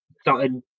started